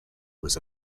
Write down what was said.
was